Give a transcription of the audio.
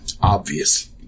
obvious